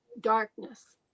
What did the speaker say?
darkness